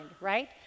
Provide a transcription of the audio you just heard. right